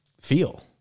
feel